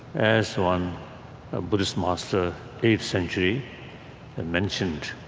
as one ah buddhist master eighth century and mentioned,